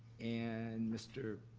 and mr.